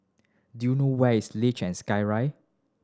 do you know where is Luge and Skyride